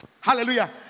Hallelujah